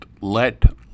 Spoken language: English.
let